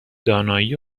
دانایی